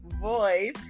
voice